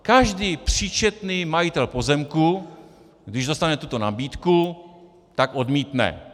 Každý příčetný majitel pozemku, když dostane tuto nabídku, tak odmítne.